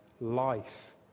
life